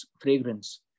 fragrance